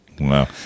Wow